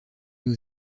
nous